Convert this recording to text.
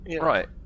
Right